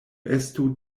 estu